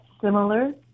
similar